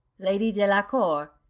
lady delacour!